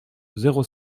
zéro